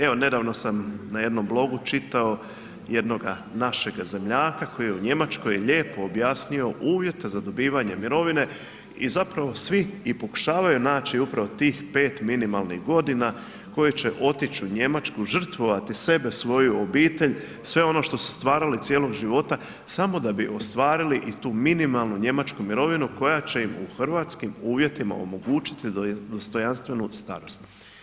Evo nedavno sam na jednom blogu čitao jednoga našega zemljaka koji je u Njemačkoj, lijepo je objasnio uvjete za dobivanje mirovine i zapravo svi pokušavaju naći upravo tih pet minimalnih godina koje će otići u Njemačku, žrtvovati sebe, svoju obitelj, sve ono što su stvarali cijelog života samo da bi ostvarili i tu minimalnu njemačku mirovinu koja će im u hrvatskim uvjetima omogućiti dostojanstvenu starost.